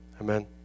Amen